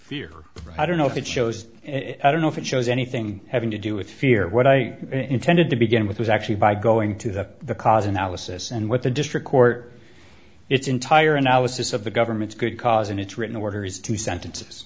fear i don't know if it shows and i don't know if it shows anything having to do with fear what i intended to begin with was actually by going to that the cause analysis and what the district court it's entire analysis of the government's good cause and it's written orders two sentences